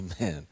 Amen